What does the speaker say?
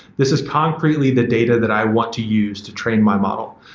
this is concretely the data that i want to use to train my model.